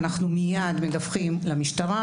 אנחנו מיד מדווחים למשטרה,